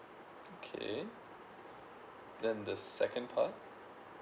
okay then the second part